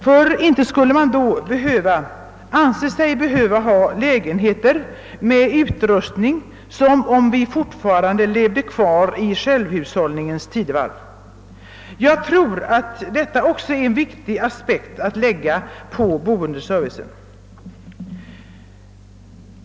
Man skulle nämligen då inte anse sig behöva ha lägenheter utrustade som om vi fortfarande levde kvar i självhushållningens tidevarv. Jag tror att detta också är en viktig aspekt att lägga på boendeservicen.